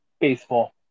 Baseball